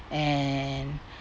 and